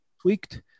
tweaked